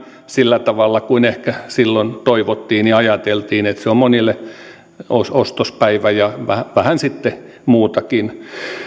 sillä tavalla kuin ehkä silloin toivottiin ja ajateltiin että se on monille ostospäivä ja vähän sitten muutakin